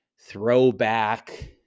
throwback